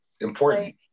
important